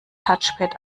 touchpad